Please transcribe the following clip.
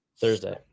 Thursday